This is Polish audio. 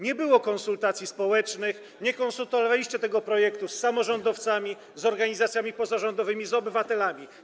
Nie było konsultacji społecznych, nie konsultowaliście tego projektu z samorządowcami, z organizacjami pozarządowymi, z obywatelami.